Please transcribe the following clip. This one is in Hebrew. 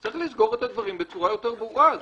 צריך לסגור את הדברים בצורה יותר ברורה.